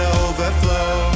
overflow